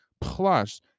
Plus